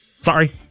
Sorry